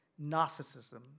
narcissism